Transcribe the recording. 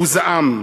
הוא זעם.